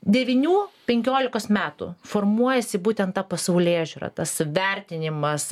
devynių penkiolikos metų formuojasi būtent ta pasaulėžiūra tas vertinimas